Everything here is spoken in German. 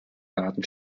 daten